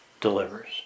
delivers